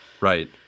Right